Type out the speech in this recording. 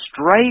straight